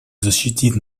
защитить